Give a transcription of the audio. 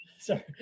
Sorry